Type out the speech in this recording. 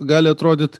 gali atrodyt